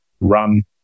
run